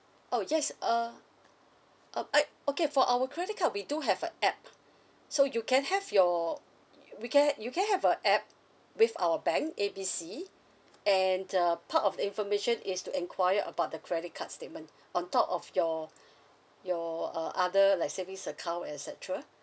oh yes uh uh a~ okay for our credit card we do have a app so you can have your we can you can have a app with our bank A B C and uh part of the information is to enquire about the credit card statement on top of your your uh other like savings account et cetera